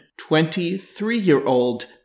23-year-old